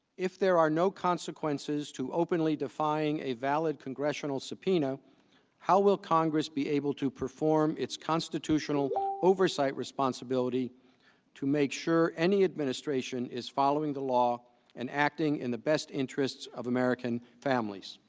if there are no consequences to openly defying a valid congressional subpoena how will congress be able to perform its constitutional oversight responsibility to make sure any administration is following the law and acting in the best interests of american families